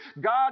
God